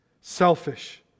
selfish